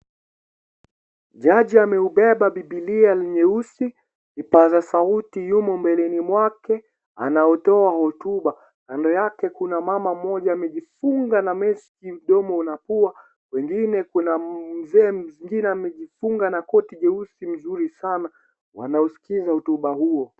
Jaji ameibeba Bibilia nyeusi, kipazasauti kimo mbeleni mwake, anatoa hotuba. Kando yake kuna mama amejifunga na meski mdomo na pua, kwingine kuna mzee mwingine amejifunga na koti jeusi nzuri sana. Wanasikiliza hotuba hiyo.